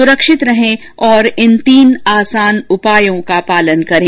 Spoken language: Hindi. सुरक्षित रहें और इन तीन आसान उपायों का पालन करें